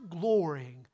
glorying